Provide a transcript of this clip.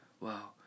wow